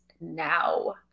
now